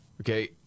Okay